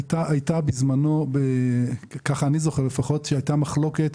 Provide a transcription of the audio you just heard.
הייתה בזמנו, ככה אני זוכר, מחלוקת.